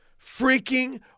freaking